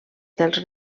dels